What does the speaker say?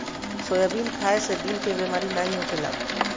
soybean खाए से दिल के बेमारी नाइ होखेला